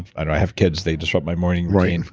i have kids, they disrupt my morning routine.